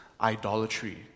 idolatry